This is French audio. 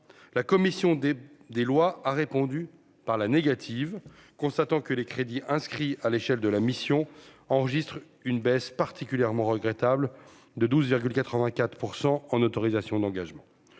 la commission des des lois, a répondu par la négative, constatant que les crédits inscrits à l'échelle de la mission enregistre une baisse particulièrement regrettable de 12,84 % en autorisations d'engagement,